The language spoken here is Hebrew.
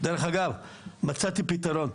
דרך אגב, מצאתי פתרון.